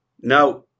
Now